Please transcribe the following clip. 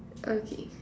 okay